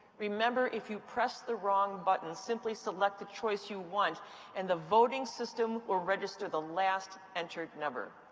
remember, if you press the wrong button, simply select the choice you want and the voting system will register the last entered number.